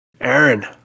Aaron